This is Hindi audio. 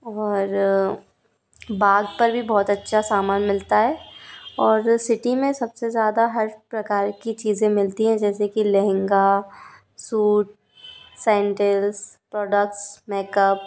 और बाग़ पर भी बहुत अच्छा सामान मिलता है और सिटी मे सब से ज़्यादा हर प्रकार की चीज़ें मिलती हैं जैसे कि lehenga suit sandals products makeup